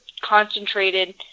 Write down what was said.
concentrated